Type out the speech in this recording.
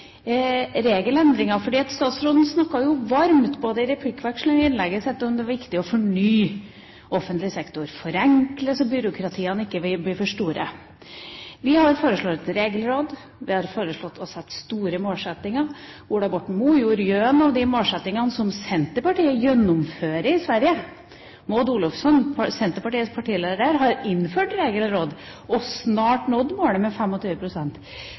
regelendringer. Statsråden snakket jo varmt, både i replikkvekslingen og i innlegget sitt, om viktigheten av i å fornye offentlig sektor, om å forenkle, sånn at byråkratiet ikke blir for stort. Vi har foreslått et regelråd. Vi har foreslått store målsettinger. Ola Borten Moe drev gjøn med de målsettingene som Senterpartiet i Sverige gjennomfører. Maud Olofsson, Senterpartiets partileder i Sverige, har innført et regelråd, og de har snart nådd målet med